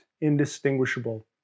indistinguishable